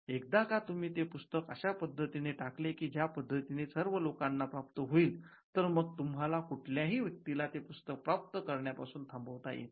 एकदा का तुम्ही ते पुस्तक अशा पद्धतीने टाकले की ज्या पद्धतीने ते सर्व लोकांना पाहता येईल तर मग तुम्हाला कुठल्याही व्यक्तीला ते पुस्तक प्राप्त करण्यापासून थांबवता येत नाही